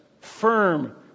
firm